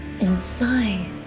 Inside